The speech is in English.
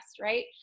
right